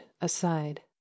aside